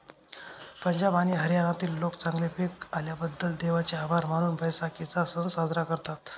पंजाब आणि हरियाणातील लोक चांगले पीक आल्याबद्दल देवाचे आभार मानून बैसाखीचा सण साजरा करतात